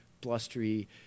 blustery